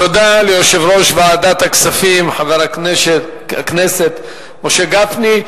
תודה ליושב-ראש ועדת הכספים חבר הכנסת משה גפני.